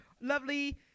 lovely